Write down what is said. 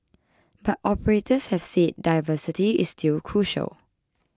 but operators have said diversity is still crucial